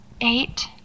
eight